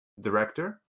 director